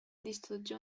distrugge